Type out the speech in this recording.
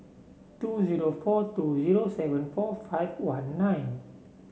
two zero four two zero seven four five one nine